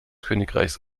königreichs